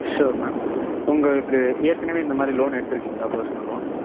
sure ma'am உங்களுக்கு ஏற்கனவே இந்தமாதிரி லோன் எடுத்து இருக்கீங்களா பர்சனல் லோன்